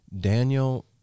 Daniel